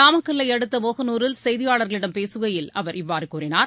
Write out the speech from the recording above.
நாமக்கல்லை அடுத்த மோகனூரில் செய்தியாளர்களிடம் பேசுகையில் அவர் இவ்வாறு கூறினார்